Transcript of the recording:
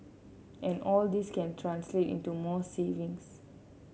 and all this can translate into more savings